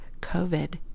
COVID